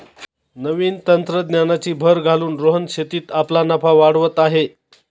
नवीन तंत्रज्ञानाची भर घालून रोहन शेतीत आपला नफा वाढवत आहे